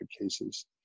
cases